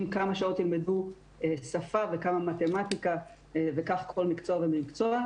כמה שעות הם ילמדו שפה וכמה מתמטיקה וכך כל מקצוע ומקצוע,